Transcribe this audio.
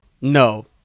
No